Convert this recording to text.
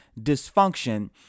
dysfunction